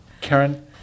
Karen